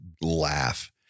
laugh